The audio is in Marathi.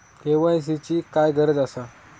के.वाय.सी ची काय गरज आसा?